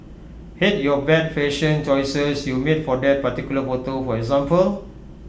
hate your bad fashion choices you made for that particular photo for example